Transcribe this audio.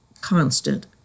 constant